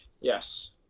Yes